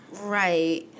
Right